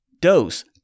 dose